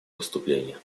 выступление